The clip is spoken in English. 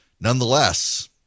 Nonetheless